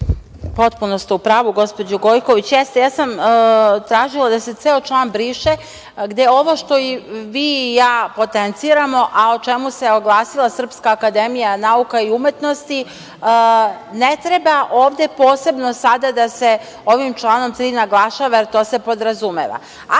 Potpuno ste u pravu gospođo Gojković. Jeste, ja sam tražila da se ceo član briše, gde ovo što i vi i ja potenciramo, a o čemu se oglasila Srpska akademija nauka i umetnosti, ne treba ovde posebno sada da se ovim članom 3. naglašava, jer to se podrazumeva. Ako